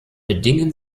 bedingen